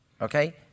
Okay